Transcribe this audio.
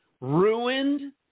ruined